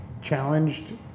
challenged